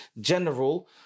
general